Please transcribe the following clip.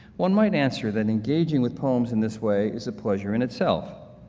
one might answer that engaging with poems in this way is a pleasure in itself.